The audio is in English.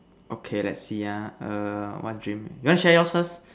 okay let's see ah err what dream you want share yours first